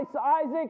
Isaac